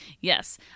Yes